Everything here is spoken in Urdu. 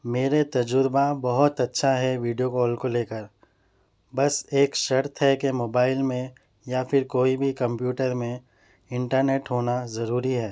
میرے تجرباں بہت اچھا ہے ویڈیو کال کو لے کر بس ایک شرط ہے کہ موبائل میں یا پھر کوئی بھی کمپیوٹر میں انٹرنیٹ ہونا ضروری ہے